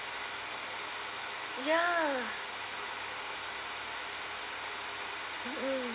ya mmhmm